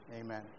amen